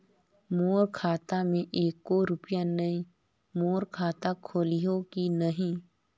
मोर खाता मे एको रुपिया नइ, मोर खाता खोलिहो की नहीं?